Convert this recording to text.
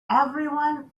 everyone